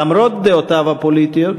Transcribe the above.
למרות דעותיו הפוליטיות,